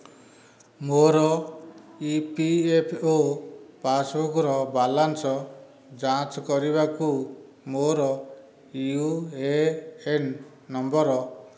ମୋର E P F O ପାସ୍ବୁକ୍ର balance ଯାଞ୍ଚ କରିବାକୁ ମୋର ୟୁ ଏ ଏନ୍ ନମ୍ବର